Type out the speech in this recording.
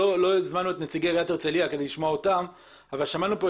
לא הזמנו את נציגי עיריית הרצליה כדי לשמוע אותם אבל שמענו כאן